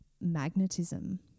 magnetism